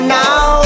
now